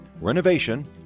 renovation